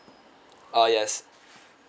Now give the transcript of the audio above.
uh yes